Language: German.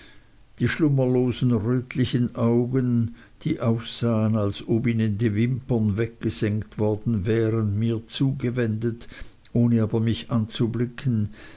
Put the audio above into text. die schlummerlosen rötlichen augen die aussahen als ob ihnen die wimpern weggesengt worden wären mir zugewendet ohne aber mich anzublicken